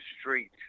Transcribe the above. street